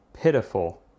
pitiful